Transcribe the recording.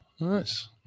nice